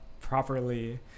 properly